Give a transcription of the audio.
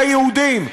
ליהודים,